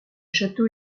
château